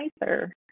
nicer